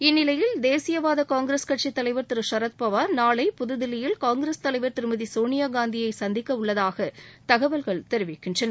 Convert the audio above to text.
இந்நிலையில் தேசியவாத காங்கிரஸ் கட்சித்தலைவர் திரு சரத்பவார் நாளை புதுதில்லியில் காங்கிரஸ் தலைவர் திருமதி சோனியாகாந்தியை சந்திக்கவுள்ளதாக தகவல்கள் தெரிவிக்கின்றன